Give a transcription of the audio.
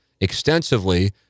Extensively